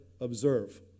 observe